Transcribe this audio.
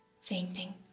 fainting